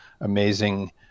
amazing